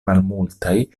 malmultaj